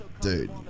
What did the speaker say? Dude